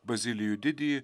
bazilijų didįjį